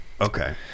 Okay